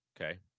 Okay